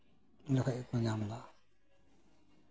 ᱚᱸᱰᱮ ᱠᱷᱚᱱ ᱜᱮᱠᱚ ᱧᱟᱢ ᱫᱟ